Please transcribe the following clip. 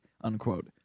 unquote